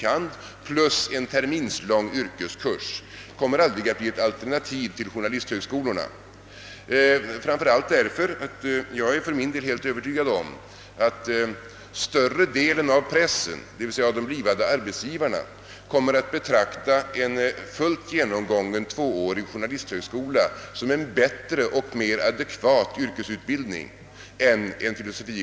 kand., och en terminslång yrkeskurs kommer aldrig att bli ett alternativ till den utbildning som ges vid journalisthögskolorna. Jag är för min del helt övertygad om att större delen av pressen, d. v. s. de blivande arbetsgivarna, kommer att betrakta en genomgången tvåårig utbildning vid journalisthögskola som en bättre och mer adekvat yrkesutbildning än en fil.